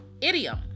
Idiom